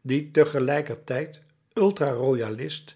die tegelijkertijd ultra royalist